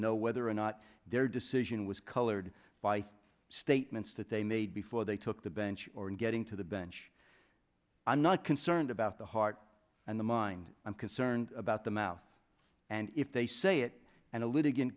know whether or not their decision was colored by statements that they made before they took the bench or in getting to the bench i'm not concerned about the heart and the mind i'm concerned about the mouth and if they say it and